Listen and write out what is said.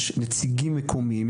יש נציגים מקומיים,